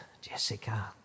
Jessica